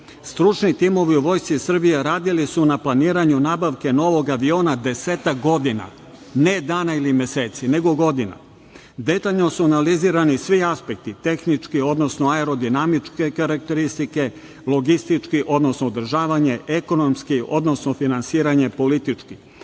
Stručni timovi u vojsci Srbije radili su na planiranju nabavke novog aviona desetak godina, ne dana ili meseci, nego godina. Detaljno su analizirani svi aspekti, tehničke odnosno aerodinamičke karakteristike, logistički, odnosno održavanje, ekonomski, odnosno finansiranje, politički.